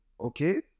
Okay